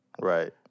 Right